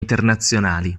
internazionali